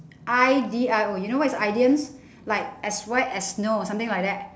I D I O you know what is idioms like as white as snow or something like that